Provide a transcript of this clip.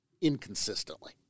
inconsistently